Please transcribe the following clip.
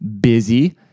busy